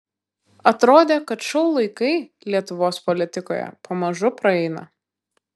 atrodė kad šou laikai lietuvos politikoje pamažu praeina